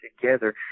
together